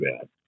bad